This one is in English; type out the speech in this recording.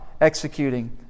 executing